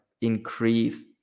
increase